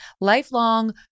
Lifelong